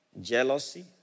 jealousy